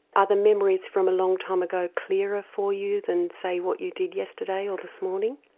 are the memories from a long time ago clearer for you than say what you did yesterday or this morning?